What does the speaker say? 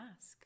ask